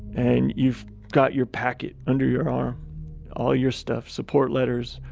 and, you've got your packet under your arm all your stuff. support letters,